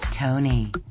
Tony